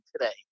today